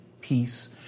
peace